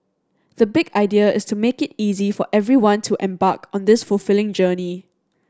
the big idea is to make it easy for everyone to embark on this fulfilling journey